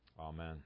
Amen